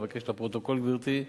אני מבקש, לפרוטוקול, גברתי,